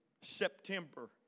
September